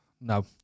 no